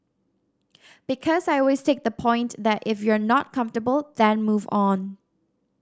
because I always take the point that if you're not comfortable then move on